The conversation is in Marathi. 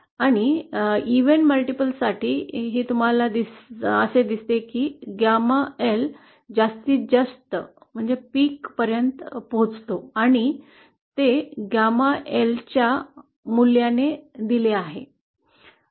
आणि even मल्टिपल साठीही तुम्हाला असे दिसते की गॅमा जास्तीत जास्त मूल्यापर्यंत पोहोचतो आणि ते गॅमा एलच्या मूल्याने दिले जाते